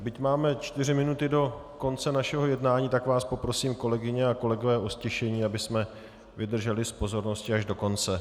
Byť máme čtyři minuty do konce našeho jednání, tak vás poprosím, kolegyně a kolegové, o ztišení, abychom vydrželi s pozorností až do konce.